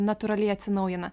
natūraliai atsinaujina